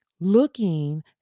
Looking